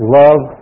love